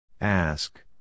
Ask